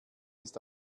ist